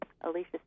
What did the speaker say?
Alicia